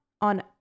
on